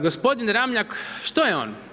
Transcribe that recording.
Gospodin Ramljak, što je on?